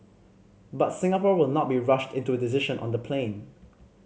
but Singapore will not be rushed into a decision on the plane